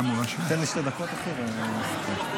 מה זה?